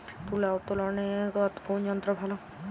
তুলা উত্তোলনে কোন যন্ত্র ভালো?